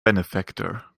benefactor